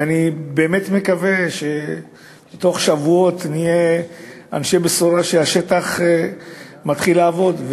ואני באמת מקווה שתוך שבועות נהיה אנשי בשורות שהשטח מתחיל לעבוד.